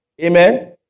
Amen